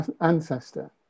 ancestor